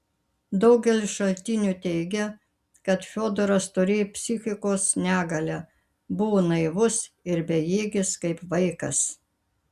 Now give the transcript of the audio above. daugelis šaltinių teigia kad fiodoras turėjo psichikos negalę buvo naivus ir bejėgis kaip vaikas